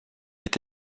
est